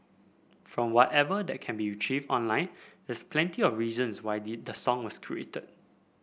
from whatever that can be retrieved online there's plenty of reasons why the song was created